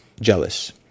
Jealous